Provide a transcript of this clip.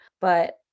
but-